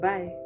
Bye